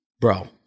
Bro